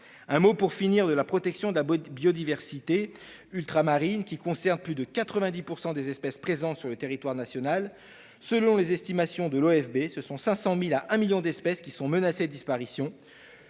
Un mot, pour finir, de la protection de la biodiversité ultramarine, qui concentre plus de 90 % des espèces présentes sur le territoire national. Selon les estimations de l'Office national de la biodiversité (OFB), ce sont 500 000 à 1 million d'espèces qui sont menacées de disparition.